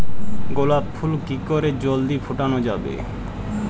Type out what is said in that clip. গোলাপ ফুল কি করে জলদি ফোটানো যাবে?